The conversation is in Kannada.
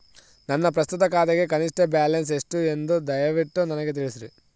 ನನ್ನ ಪ್ರಸ್ತುತ ಖಾತೆಗೆ ಕನಿಷ್ಠ ಬ್ಯಾಲೆನ್ಸ್ ಎಷ್ಟು ಎಂದು ದಯವಿಟ್ಟು ನನಗೆ ತಿಳಿಸ್ರಿ